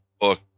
book